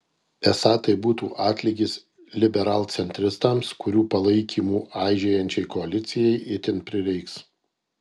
esą tai būtų atlygis liberalcentristams kurių palaikymo aižėjančiai koalicijai itin prireiks